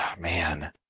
Man